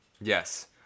Yes